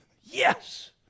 Yes